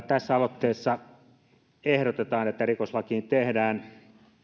tässä aloitteessa ehdotetaan että rikoslakiin tehdään